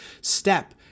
step